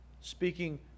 Speaking